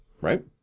right